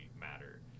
matter